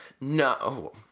no